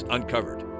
Uncovered